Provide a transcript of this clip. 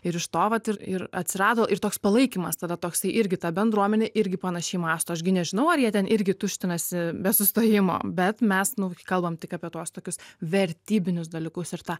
ir iš to vat ir ir atsirado ir toks palaikymas tada toksai irgi ta bendruomenė irgi panašiai mąsto aš gi nežinau ar jie ten irgi tuštinasi be sustojimo bet mes nu kalbam tik apie tuos tokius vertybinius dalykus ir tą